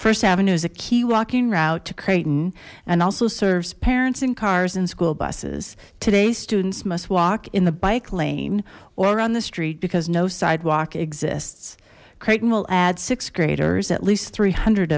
first avenue is a key walking route to creighton also serves parents and cars and school buses today's students must walk in the bike lane or on the street because no sidewalk exists creighton will add sixth graders at least three hundred